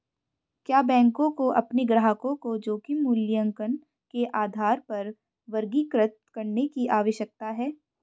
क्या बैंकों को अपने ग्राहकों को जोखिम मूल्यांकन के आधार पर वर्गीकृत करने की आवश्यकता है?